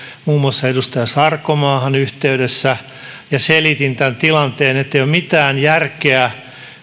muun muassa edustaja sarkomaahan ja selitin tämän tilanteen ettei ole mitään järkeä